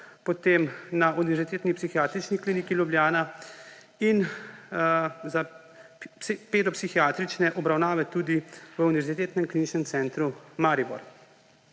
potem na Univerzitetni psihiatrični kliniki Ljubljana in za pedopsihiatrične obravnave tudi v Univerzitetnem kliničnem centru Maribor.